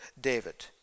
David